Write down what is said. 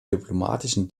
diplomatischen